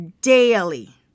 daily